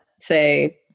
say